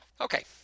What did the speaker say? okay